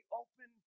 open